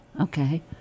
Okay